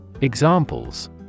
Examples